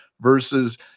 versus